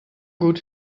gut